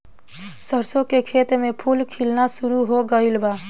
सरसों के खेत में फूल खिलना शुरू हो गइल बा